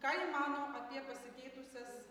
ką ji mano apie pasikeitusias